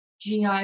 GI